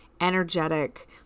energetic